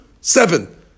Seven